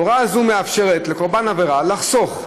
הוראה זו מאפשרת לקורבן העבירה "לחסוך",